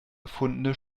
erfundene